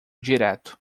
direto